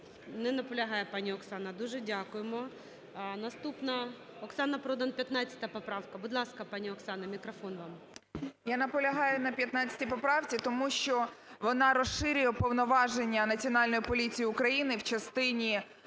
Не паполягає пані Оксана. Дуже дякуємо. Наступна, Оксана Продан. 15-а, поправка. Будь ласка, пані Оксана, мікрофон вам. 16:44:45 ПРОДАН О.П. Я наполягаю на 15 поправці, тому що вона розширює повноваження Національної поліції України в частині